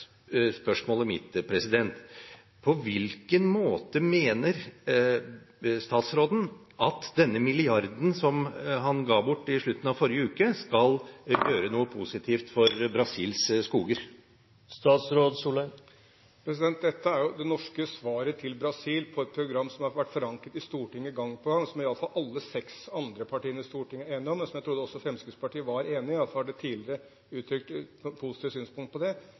spørsmålet mitt: På hvilken måte mener statsråden at denne milliarden som han ga bort i slutten av forrige uke, skal gjøre noe positivt for Brasils skoger? Dette er det norske svaret til Brasil på et program som har vært forankret i Stortinget gang på gang, og som i alle fall alle de andre seks partiene på Stortinget har vært enige om, og som jeg trodde også Fremskrittspartiet var enige i – i alle fall har de tidligere uttrykt et positivt synspunkt på det